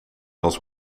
was